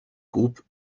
groupe